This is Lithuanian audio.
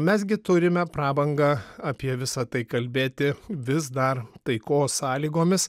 mes gi turime prabangą apie visą tai kalbėti vis dar taikos sąlygomis